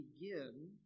begin